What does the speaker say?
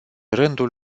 rândul